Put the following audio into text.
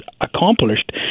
accomplished